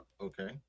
Okay